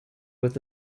with